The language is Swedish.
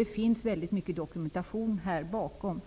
Det finns väldigt mycket dokumentation bakom